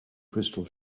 crystal